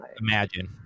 imagine